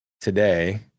today